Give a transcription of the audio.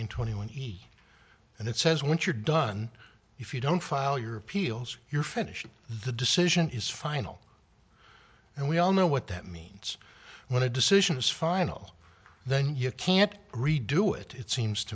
thousand when he and it says once you're done if you don't file your appeals you're finished the decision is final and we all know what that means when a decision is final then you can't redo it it seems